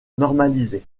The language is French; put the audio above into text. normalisé